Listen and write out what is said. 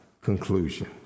conclusion